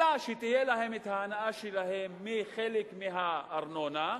אלא שתהיה להן ההנאה שלהן מחלק מהארנונה,